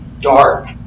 dark